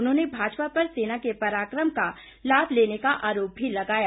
उन्होंने भाजपा पर सेना के पराक्रम का लाभ लेने का आरोप भी लगाया